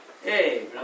Hey